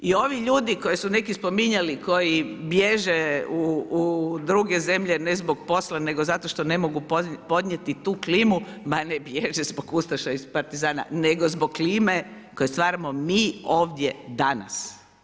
I ovi ljudi, koje su neki spominjali, koji bježe u druge zemlje, ne zbog posla, nego zato što ne mogu podnijeti tu klimu, ma ne bježe zbog ustaša i partizana, nego zbog klime koju stvaramo mi ovdje danas.